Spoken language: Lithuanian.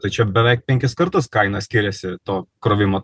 tai čia beveik penkis kartus kaina skiriasi to krovimo